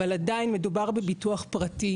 אבל עדיין מדובר בביטוח פרטי,